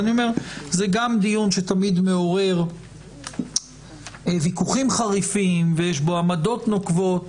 אני אומר שזה גם דיון שתמיד מעורר ויכוחים חריפים ויש בו עמדות נוקבות